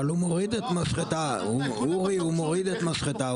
אבל אורי הוא מוריד את משחטה,